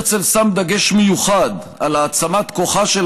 הרצל שם דגש מיוחד על העצמת כוחה של